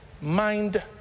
mind